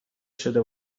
شده